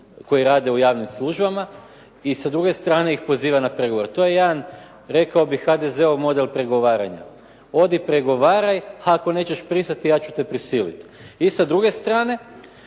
koji rade u javnim službama i sa druge strane ih poziva na pregovore. To je jedan rekao bih HDZ-ov model pregovaranja. Odi pregovaraj, ako nećeš pristati ja ću te prisiliti. I sa druge strane,